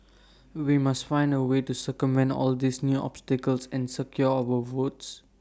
we must find A way to circumvent all these new obstacles and secure our votes